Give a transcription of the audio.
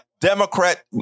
Democrat